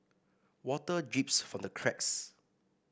water drips from the cracks